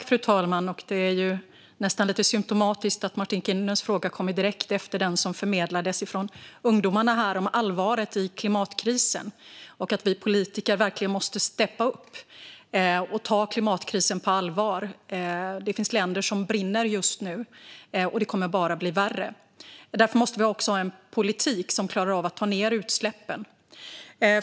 Fru talman! Det är ju nästan lite symtomatiskt att Martin Kinnunens fråga kommer direkt efter den som förmedlades från ungdomarna här om allvaret i klimatkrisen och om att vi politiker verkligen måste steppa upp och ta klimatkrisen på allvar. Det finns länder som brinner just nu, och det kommer bara att bli värre. Därför måste vi ha en politik som klarar av att ta ned utsläppen.